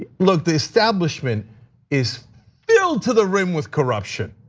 ah look, the establishment is filled to the brim with corruption.